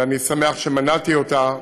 ואני שמח שמנעתי אותה,